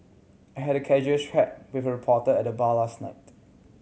I had a casual chat with a reporter at the bar last night